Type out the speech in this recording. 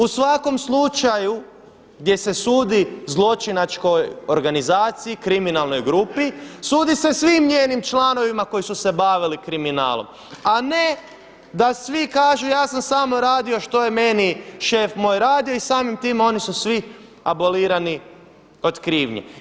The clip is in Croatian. U svakom slučaju gdje se sudi zločinačkoj organizaciji, kriminalnoj grupi sudi se svim njenim članovima koji su se bavili kriminalom, a ne da svi kažu ja sam samo radio što je meni šef moj radio i samim tim oni su svi abolirani od krivnje.